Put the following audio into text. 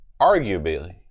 arguably